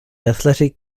athletic